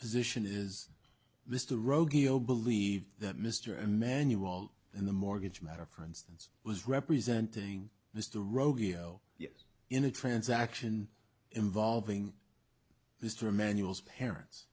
position is this to rogerio believe that mr emanuel in the mortgage matter for instance was representing mr rogerio in a transaction involving mr manual's parents